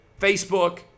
Facebook